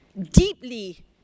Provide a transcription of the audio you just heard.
deeply